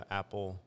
apple